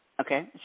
okay